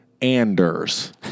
Anders